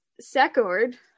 Secord